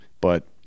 But-